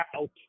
out